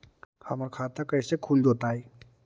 हमर खाता कैसे खुल जोताई?